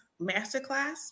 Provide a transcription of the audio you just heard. masterclass